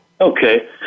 okay